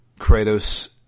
Kratos